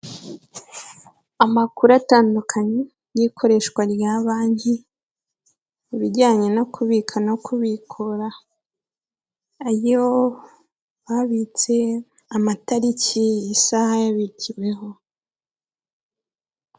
Amakuru atandukanye n'ikoreshwa rya banki ku bijyanye no kubika no kubikura ayo babitse, amatariki, isaha yabikiweho.